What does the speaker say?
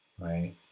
right